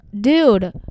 Dude